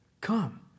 Come